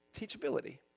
teachability